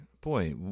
boy